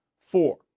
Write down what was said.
Four